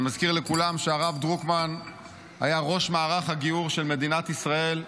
אני מזכיר לכולם שהרב דרוקמן היה ראש מערך הגיור של מדינת ישראל,